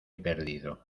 perdido